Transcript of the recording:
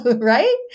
right